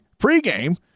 pregame